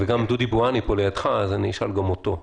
גם דודי בואני לידך, אז אשאל גם אותו: